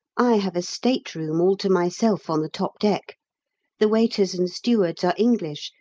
i have a state-room all to myself on the top deck the waiters and stewards are english,